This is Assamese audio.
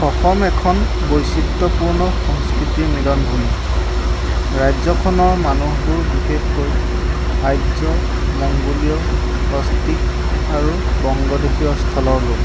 অসম এখন বৈচিত্ৰপূৰ্ণ সংস্কৃতিৰ মিলনভূমি ৰাজ্যখনৰ মানুহবোৰ বিশেষকৈ আৰ্য মংগোলিয় অষ্ট্ৰিক আৰু বংগদেশীয় স্থলৰ লোক